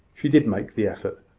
she did make the effort.